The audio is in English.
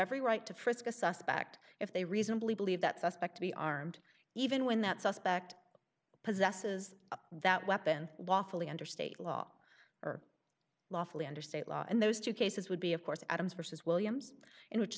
every right to frisk a suspect if they reasonably believe that suspect to be armed even when that suspect possesses that weapon lawfully under state law or lawfully under state law and those two cases would be of course adams versus williams in which